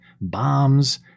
bombs